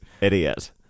idiot